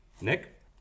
Nick